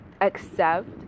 accept